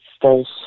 false